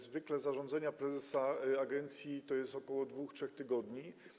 Zwykle zarządzenia prezesa agencji to jest około 2, 3 tygodni.